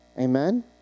Amen